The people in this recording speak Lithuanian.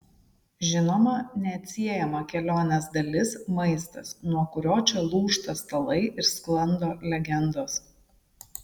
žinoma neatsiejama kelionės dalis maistas nuo kurio čia lūžta stalai ir sklando legendos